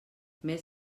més